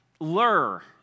lure